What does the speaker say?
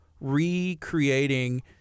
recreating